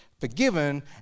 forgiven